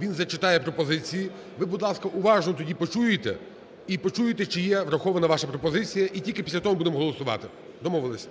Він зачитає пропозиції. Ви, будь ласка, уважно тоді почуєте і почуєте, чи є врахована ваша пропозиція, і тільки після того будемо голосувати. Домовились.